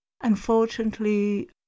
Unfortunately